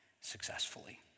successfully